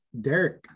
Derek